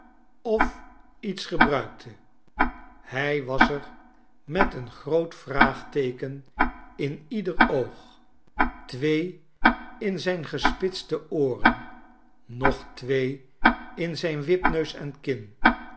of iets gebruikte hij was er met een groot vraagteeken in ieder oog twee in zijn gespitste ooren nog twee in zijn wip neus en kin